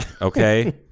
okay